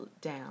down